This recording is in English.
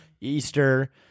Easter